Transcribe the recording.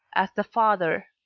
as the father.